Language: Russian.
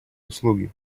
услуги